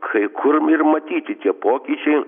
kai kur ir matyti tie pokyčiai